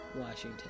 Washington